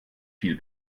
viel